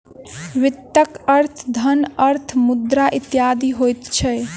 वित्तक अर्थ धन, अर्थ, मुद्रा इत्यादि होइत छै